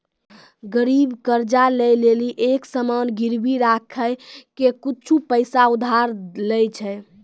गरीब कर्जा ले लेली एक सामान गिरबी राखी के कुछु पैसा उधार लै छै